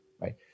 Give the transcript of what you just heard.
Right